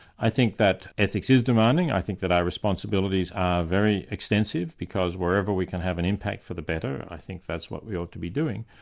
i think that ethics is demanding. i think that our responsibilities are very extensive, because wherever we can have an impact for the better i think that's what we ought to be doing.